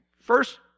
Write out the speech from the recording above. first